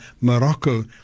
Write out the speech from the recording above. Morocco